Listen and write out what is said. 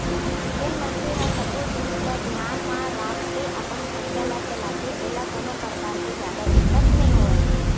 जेन मनखे ह सब्बो जिनिस ल धियान म राखके अपन खरचा ल चलाथे ओला कोनो परकार ले जादा दिक्कत नइ होवय